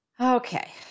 Okay